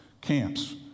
Camps